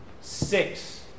six